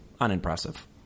unimpressive